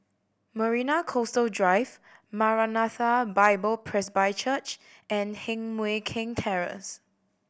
Marina Coastal Drive Maranatha Bible Presby Church and Heng Mui Keng Terrace